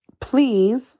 Please